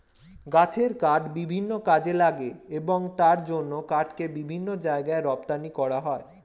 গাছের কাঠ বিভিন্ন কাজে লাগে এবং তার জন্য কাঠকে বিভিন্ন জায়গায় রপ্তানি করা হয়